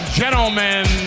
gentlemen